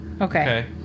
Okay